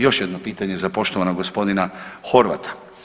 Još jedno pitanje za poštovanog gospodina Horvata.